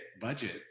budget